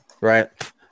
Right